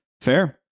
Fair